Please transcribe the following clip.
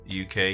UK